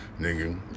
nigga